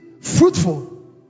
fruitful